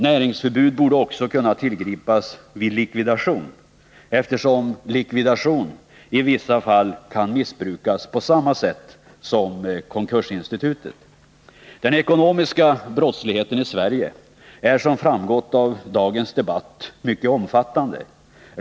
Näringsförbud borde också kunna tillgripas vid likvidation, eftersom likvidationsförfarandet i vissa fall kan missbrukas på samma sätt som konkursinstitutet. Den ekonomiska brottsligheten i Sverige är, som framgått av dagens debatt, mycket omfattande.